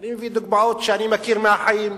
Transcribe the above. ואני מביא דוגמאות שאני מכיר מהחיים,